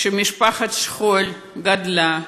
שמשפחת השכול גדלה.